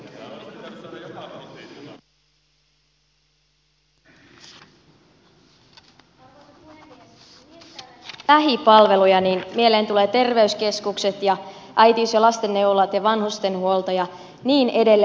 kun mietitään näitä lähipalveluja niin mieleen tulevat terveyskeskukset ja äitiys ja lastenneuvolat ja vanhustenhuolto ja niin edelleen